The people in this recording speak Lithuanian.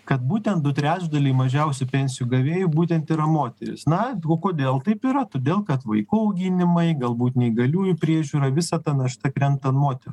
kad būtent du trečdaliai mažiausių pensijų gavėjų būtent yra moterys na o kodėl taip yra todėl kad vaikų auginimai galbūt neįgaliųjų priežiūra visa ta našta krenta ant moterų